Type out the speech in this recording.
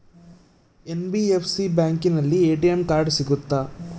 NBFC ಬ್ಯಾಂಕಿನಲ್ಲಿ ATM card ಸಿಗುತ್ತಾ?